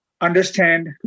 understand